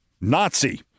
Nazi